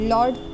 Lord